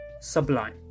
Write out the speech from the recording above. sublime